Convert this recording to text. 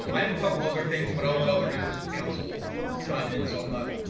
um i have a couple other things, but i'll let other members of council chime in, so i'm not